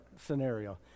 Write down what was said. scenario